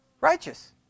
Righteous